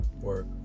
work